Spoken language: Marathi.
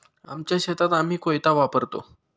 आमच्या शेतात आम्ही कोयता वापरतो